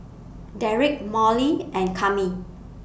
Derrek Molly and Kami